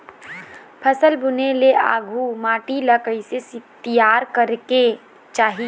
फसल बुने ले आघु माटी ला कइसे तियार करेक चाही?